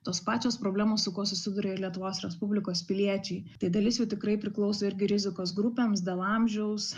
tos pačios problemos su kuo susiduria lietuvos respublikos piliečiai tai dalis jų tikrai priklauso irgi rizikos grupėms dėl amžiaus